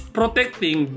protecting